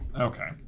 Okay